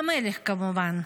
המלך, כמובן,